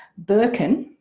birkin.